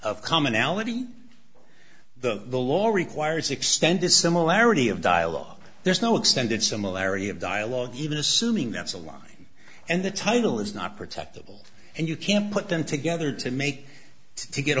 of commonality the the law requires extended similarity of dialogue there's no extended similarity of dialogue even assuming that's a line and the title is not protect people and you can't put them together to make it to get